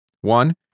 One